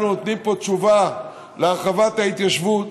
אנחנו נותנים פה תשובה להרחבת ההתיישבות,